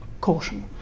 caution